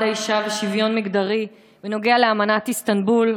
האישה ושוויון מגדרי בנוגע לאמנת איסטנבול.